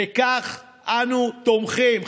בכך אנו תומכים,